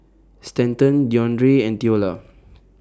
Stanton Deondre and Theola